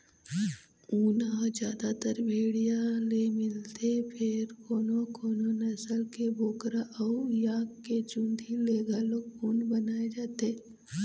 ऊन ह जादातर भेड़िया ले मिलथे फेर कोनो कोनो नसल के बोकरा अउ याक के चूंदी ले घलोक ऊन बनाए जाथे